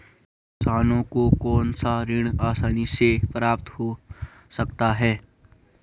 किसानों को कौनसा ऋण आसानी से प्राप्त हो सकता है?